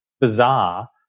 bizarre